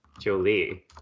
Jolie